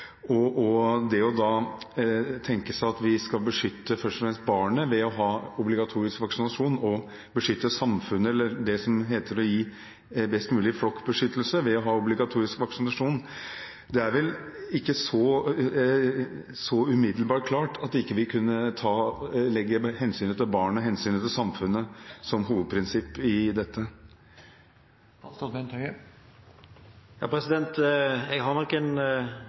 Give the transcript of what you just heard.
da også tenke seg at vi skal beskytte først og fremst barnet ved å ha obligatorisk vaksinasjon, og beskytte samfunnet – det som heter å gi best mulig flokkbeskyttelse – ved å ha obligatorisk vaksinasjon. Det er vel ikke så umiddelbart klart at vi ikke kan ha hensynet til barnet og hensynet til samfunnet som hovedprinsipp i dette.